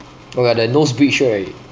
oh ya the nose bridge right